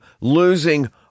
losing